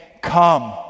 Come